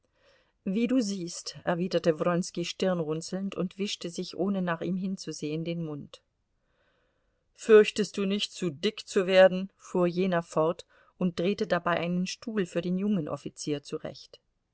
wie du siehst erwiderte wronski stirnrunzelnd und wischte sich ohne nach ihm hinzusehen den mund fürchtest du nicht zu dick zu werden fuhr jener fort und drehte dabei einen stuhl für den jungen offizier zurecht